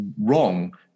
wrong